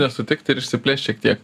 nesutikt ir išsiplėst šiek tiek